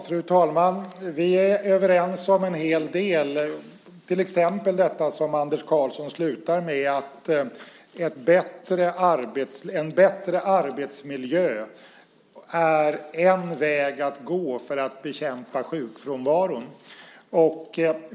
Fru talman! Vi är överens om en hel del. Det gäller till exempel det som Anders Karlsson slutar med. En bättre arbetsmiljö är en väg att gå för att bekämpa sjukfrånvaron.